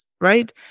right